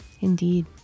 Indeed